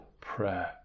prayer